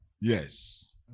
yes